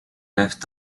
left